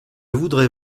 voudrais